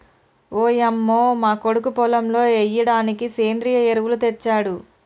ఓయంమో మా కొడుకు పొలంలో ఎయ్యిడానికి సెంద్రియ ఎరువులు తెచ్చాడు